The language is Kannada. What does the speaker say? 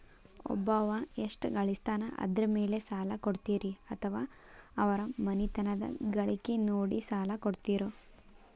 ಒಬ್ಬವ ಎಷ್ಟ ಗಳಿಸ್ತಾನ ಅದರ ಮೇಲೆ ಸಾಲ ಕೊಡ್ತೇರಿ ಅಥವಾ ಅವರ ಮನಿತನದ ಗಳಿಕಿ ನೋಡಿ ಸಾಲ ಕೊಡ್ತಿರೋ?